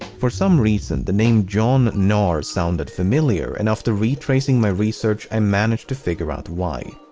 for some reason, the name jon naar sounded familiar, and after retracing my research, i managed to figure out why.